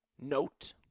note